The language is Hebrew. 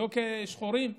לא כשחורים,